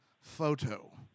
Photo